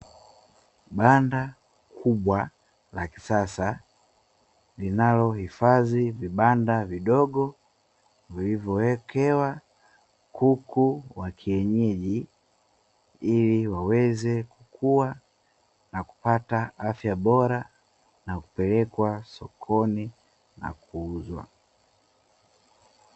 Banda kubwa la kisasa linalohifadhi vibanda vidogo vilivyowekewa kuku wa kienyeji, ili waweze kukua na kupata afya bora, na kupelekwa sokoni, na kuuzwa.